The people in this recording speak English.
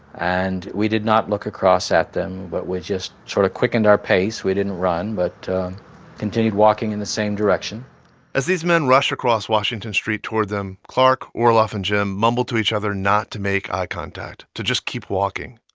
and we did not look across at them, but we just sort of quickened our pace. we didn't run but continued walking in the same direction as these men rush across washington street toward them, clark, orloff and jim mumble to each other not to make eye contact, to just keep walking.